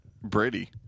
Brady